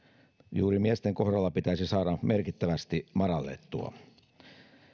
juuri miesten kohdalla pitäisi saada merkittävästi madallettua